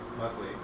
monthly